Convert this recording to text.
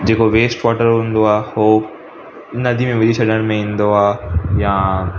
जेको waste water हूंदो आहे उहो नदी में विझी छॾण में ईंदो आहे या